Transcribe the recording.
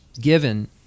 given